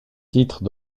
titres